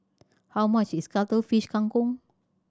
how much is Cuttlefish Kang Kong